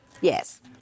Yes